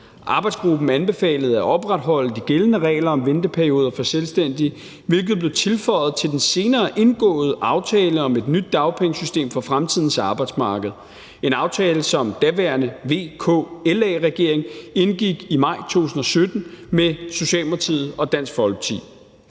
Arbejdsgruppen anbefalede at opretholde de gældende regler om venteperioder for selvstændige, hvilket blev tilføjet til den senere indgåede aftale om et nyt dagpengesystem for fremtidens arbejdsmarked. Det var en aftale, som den daværende VKLA-regering indgik i maj 2017 med Socialdemokratiet og Dansk Folkeparti.